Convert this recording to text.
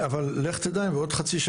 יש תשתית מרכזית,